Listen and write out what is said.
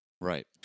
Right